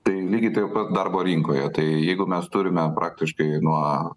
tai lygiai taip pat darbo rinkoje tai jeigu mes turime praktiškai nuo